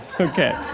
Okay